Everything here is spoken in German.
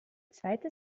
zweite